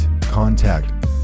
contact